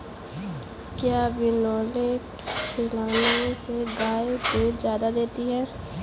क्या बिनोले खिलाने से गाय दूध ज्यादा देती है?